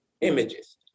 Images